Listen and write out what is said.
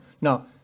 Now